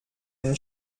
den